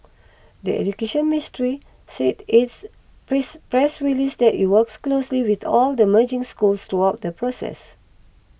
the Education Ministry said its please press release that it worked closely with all the merging schools throughout the process